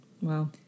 Wow